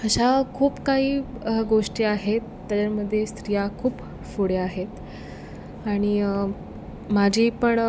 अशा खूप काही गोष्टी आहेत त्याच्यामध्ये स्त्रिया खूप पुढे आहेत आणि माझी पण